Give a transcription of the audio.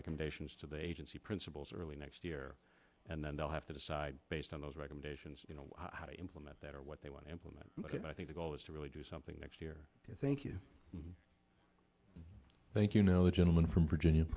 recommendations to the agency principals early next year and then they'll have to decide based on those recommendations you know how to implement that or what they want to implement but i think the goal is to really do something next year thank you and thank you know the gentleman from virginia